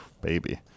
baby